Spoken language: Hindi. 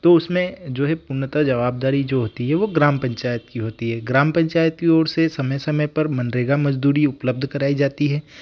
तो उसमें जो हे पूर्णतः जवाबदारी जो होती है वो ग्राम पंचायत की होती है ग्राम पंचायत की ओर से समय समय पर मनरेगा मजदूरी उपलब्ध कराई जाती है